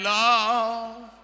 love